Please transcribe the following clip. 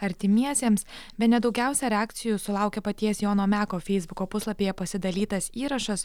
artimiesiems bene daugiausia reakcijų sulaukė paties jono meko feisbuko puslapyje pasidalytas įrašas